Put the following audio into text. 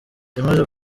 yamaze